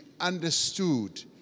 understood